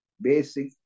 basic